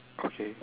okay